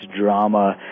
drama